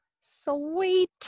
Sweet